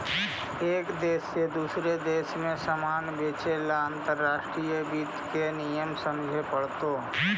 एक देश से दूसरे देश में सामान बेचे ला अंतर्राष्ट्रीय वित्त के नियम समझे पड़तो